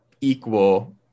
equal